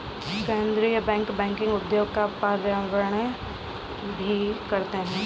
केन्द्रीय bank banking उद्योग का पर्यवेक्षण भी करते हैं